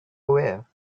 aware